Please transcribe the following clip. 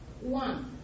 One